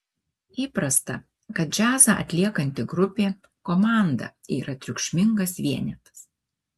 įprasta kad džiazą atliekanti grupė komanda yra triukšmingas vienetas